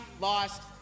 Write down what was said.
lost